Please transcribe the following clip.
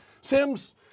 Sims